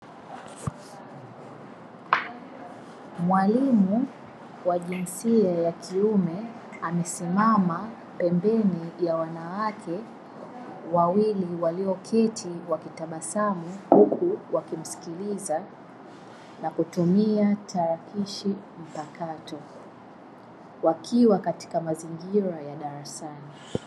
Mwalimu wa jinsia ya kiume amesimama pembeni ya wanawake wawili walioketi wakitabasamu, huku wakimsikiliza na kutumia tarakilishi mpakato wakiwa katika mazingira ya darasani.